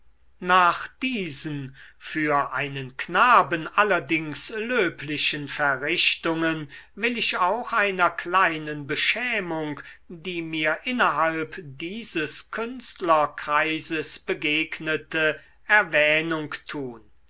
nach diesen für einen knaben allerdings löblichen verrichtungen will ich auch einer kleinen beschämung die mir innerhalb dieses künstlerkreises begegnete erwähnung tun